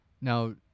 Now